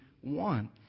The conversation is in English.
one